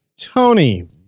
Tony